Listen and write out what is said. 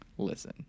Listen